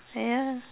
ya